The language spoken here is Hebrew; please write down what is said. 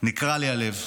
נקרע לי הלב.